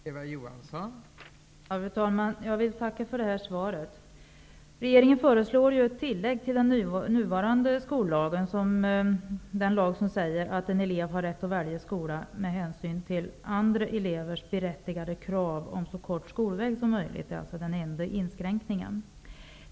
Fru talman! Jag vill tacka för svaret. Regeringen föreslår ju ett tillägg till den nuvarande skollagen, den lag som säger att en elev har rätt att välja skola med hänsyn till andra elevers berättigade krav om så kort skolväg som möjligt. Det är alltså den enda inskränkningen.